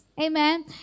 Amen